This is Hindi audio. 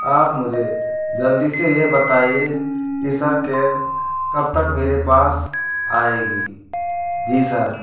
आप मुझे जल्दी से ये बताइए की सर कैब कब तक मेरे पास आएगी जी सर